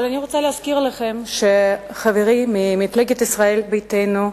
אבל אני רוצה להזכיר לכם שחברים ממפלגת ישראל ביתנו,